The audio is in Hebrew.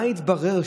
מה התברר,